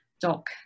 Doc